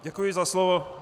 Děkuji za slovo.